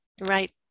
Right